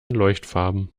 leuchtfarben